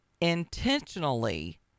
intentionally